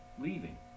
leaving